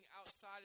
outside